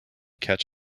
catch